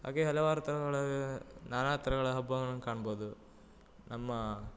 ಹಾಗೆ ಹಲವಾರು ಥರಗಳ ನಾನಾ ಥರಗಳ ಹಬ್ಬವನ್ನು ಕಾಣ್ಬೋದು ನಮ್ಮ